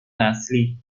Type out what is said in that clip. نسلی